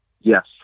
Yes